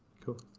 Cool